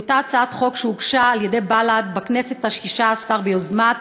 היא אותה הצעת חוק שהוגשה על-ידי בל"ד בכנסת השש-עשרה ביוזמת